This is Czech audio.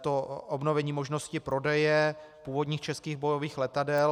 to obnovení možnosti prodeje původních českých bojových letadel.